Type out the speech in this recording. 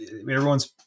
everyone's